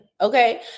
Okay